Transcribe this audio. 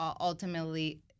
ultimately